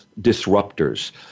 disruptors